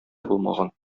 булмаган